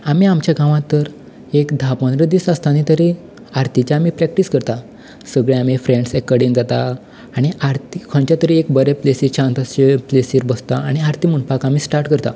आमी आमच्या गांवां तर एक धा पंदरा दीस आसतना तरी आरतीची आमी प्रॅक्टीस करता सगले आमी फ्रॅण्स एक कडेन जाता आनी आरती खंयच्या तरी एका बऱ्या प्लेसीर रावन प्लेसीर बसता आनी आरती म्हणपा स्टार्ट करता